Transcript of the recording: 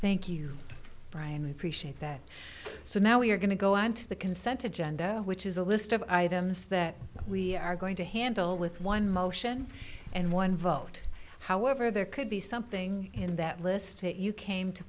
appreciate that so now we're going to go on to the consented genda which is a list of items that we are going to handle with one motion and one vote however there could be something in that list you came to